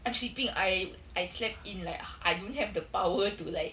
I'm sleeping I I slept in like I don't have the power to like